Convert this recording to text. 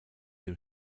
dem